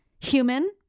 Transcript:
human